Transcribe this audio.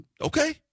Okay